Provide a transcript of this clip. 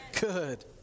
Good